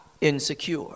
insecure